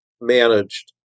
managed